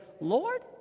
Lord